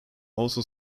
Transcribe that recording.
also